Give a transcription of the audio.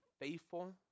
faithful